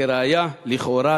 כנסת נכבדה,